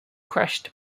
crushed